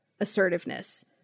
assertiveness